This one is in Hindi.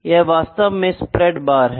यह वास्तव में स्प्रेड बार है